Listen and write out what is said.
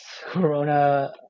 Corona